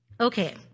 Okay